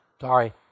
Sorry